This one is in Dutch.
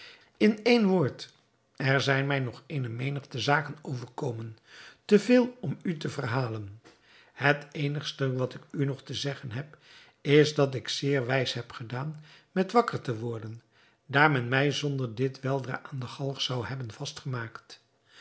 in één woord er zijn mij nog eene menigte zaken overkomen te veel om u te verhalen het eenigste wat ik u nog te zeggen heb is dat ik zeer wijs heb gedaan met wakker te worden daar men mij zonder dit weldra aan de galg zou hebben vastgemaakt